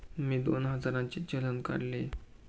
मी दोन हजारांचे चलान काढले